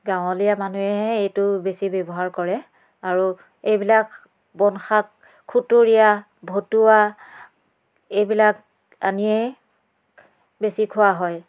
গাঁৱলীয়া মানুহেহে এইটো বেছি ব্যৱহাৰ কৰে আৰু এইবিলাক বনশাক খুতৰীয়া ভতুৱা এইবিলাক আনিয়েই বেছি খোৱা হয়